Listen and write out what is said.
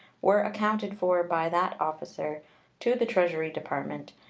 were accounted for by that officer to the treasury department,